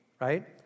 Right